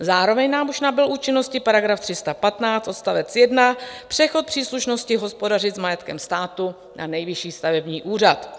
Zároveň nám už nabyl účinnosti § 315 odst. 1, přechod příslušnosti hospodařit s majetkem státu na Nejvyšší stavební úřad.